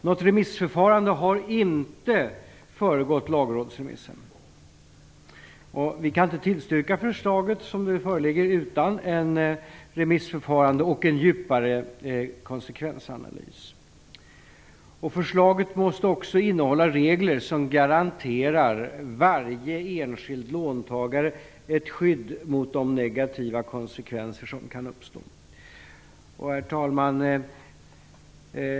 Något remissförfarande har inte föregått lagrådsremissen, och vi kan inte tillstyrka förslaget som nu föreligger utan ett remissförfarande och en djupare konsekvensanalys. Förslaget måste också innehålla regler som garanterar varje enskild låntagare ett skydd mot de negativa konsekvenser som kan uppstå. Herr talman!